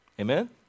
Amen